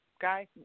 Guys